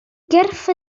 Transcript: gyrff